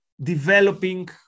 developing